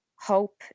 hope